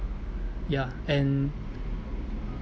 ya and